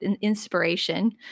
inspiration